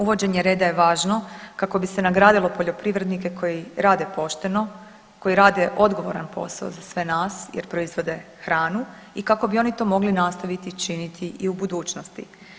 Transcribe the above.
Uvođenje reda je važno kako bi se nagradilo poljoprivrednike koji rade pošteno, koji rade odgovoran posao za sve nas jer proizvode hranu i kako bi oni to mogli nastaviti činiti i u budućnosti.